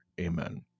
Amen